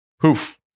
poof